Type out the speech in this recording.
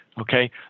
Okay